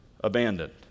abandoned